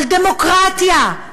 על דמוקרטיה,